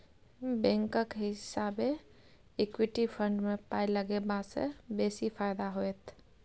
बैंकक हिसाबैं equity fund मे पाय लगेबासँ बेसी फायदा होइत